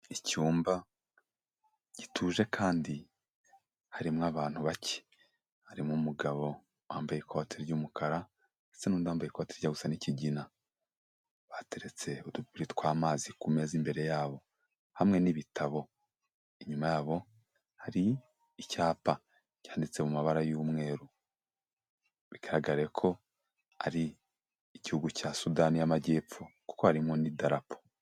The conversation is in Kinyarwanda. Icyumba gituje kandi harimo abantu bake. Harimo umugabo wambaye ikoti ry'umukara ndetse n'undi wambaye ikoti rijya gusa n'ikigina. Bateretse udupuri tw'amazi ku meza imbere yabo hamwe n'ibitabo. Inyuma yabo hari icyapa cyanditse mu mabara y'umweru. Bigaragare ko ari Igihugu cya Sudani y'Amajyepfo. Kuko harimo n'idarapo.